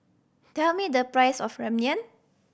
tell me the price of Ramyeon